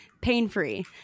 pain-free